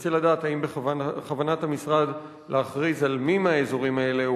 ארצה לדעת אם בכוונת המשרד להכריז על אחד מהאזורים האלה,